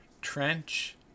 trench